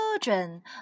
children